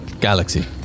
Galaxy